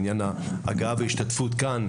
בעניין ההגעה וההשתתפות כאן,